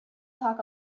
talk